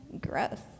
Gross